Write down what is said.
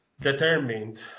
determined